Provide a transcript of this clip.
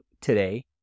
today